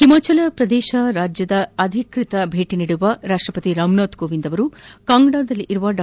ಹಿಮಾಚಲ ಪ್ರದೇಶ ರಾಜ್ಯಕ್ಷೆ ಅಧಿಕೃತ ಭೇಟ ನೀಡಿರುವ ರಾಷ್ಟಪತಿ ರಾಮನಾಥ್ ಕೋವಿಂದ್ ಕಾಂಗ್ರಾದಲ್ಲಿರುವ ಡಾ